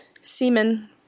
semen